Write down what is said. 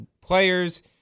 players